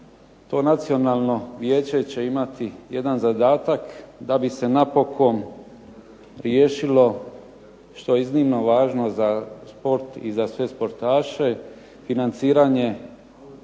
to Nacionalno vijeće će imati jedan zadatak da bi se napokon riješilo što je iznimno važno za sport i za sve sportaše financiranje